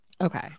Okay